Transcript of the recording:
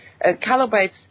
calibrates